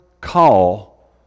call